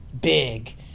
big